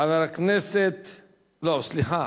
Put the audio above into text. חבר הכנסת לא, סליחה.